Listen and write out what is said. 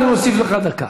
אני מוסיף לך דקה.